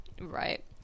Right